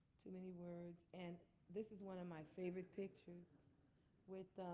too many words. and this is one of my favorite pictures with